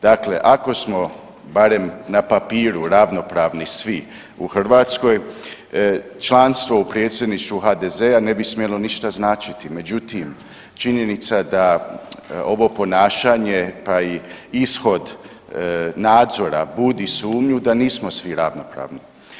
Dakle, ako smo barem na papiru ravnopravni svi u Hrvatskoj, članstvo u predsjedništvu HDZ-a ne bi smjelo ništa značiti, međutim činjenica da ovo ponašanje pa i ishod nadzora budi sumnju da nismo svi ravnopravni.